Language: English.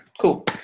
cool